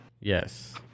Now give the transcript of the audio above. yes